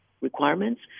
requirements